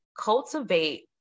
cultivate